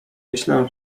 myślę